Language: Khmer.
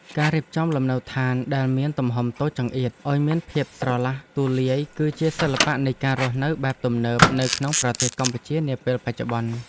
ការរៀបចំលំនៅឋានដែលមានទំហំតូចចង្អៀតឱ្យមានភាពស្រឡះទូលាយគឺជាសិល្បៈនៃការរស់នៅបែបទំនើបនៅក្នុងប្រទេសកម្ពុជានាពេលបច្ចុប្បន្ន។